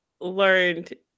learned